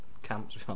Camps